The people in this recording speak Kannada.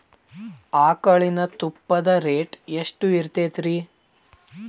ಆಕಳಿನ ತುಪ್ಪದ ರೇಟ್ ಎಷ್ಟು ಇರತೇತಿ ರಿ?